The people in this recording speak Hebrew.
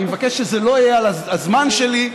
אני מבקש שזה לא יהיה על הזמן שלי.